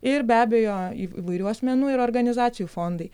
ir be abejo įvairių asmenų ir organizacijų fondai